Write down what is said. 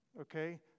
okay